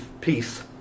peace